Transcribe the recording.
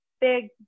big